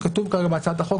מציעה שאעצור פה.